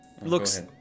looks